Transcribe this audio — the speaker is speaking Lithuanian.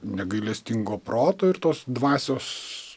negailestingo proto ir tos dvasios